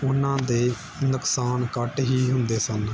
ਉਹਨਾਂ ਦੇ ਨੁਕਸਾਨ ਘੱਟ ਹੀ ਹੁੰਦੇ ਸਨ